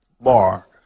bar